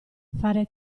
fare